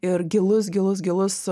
ir gilus gilus gilus